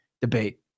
debate